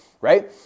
right